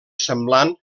semblant